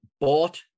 bought